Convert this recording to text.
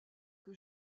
que